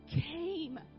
came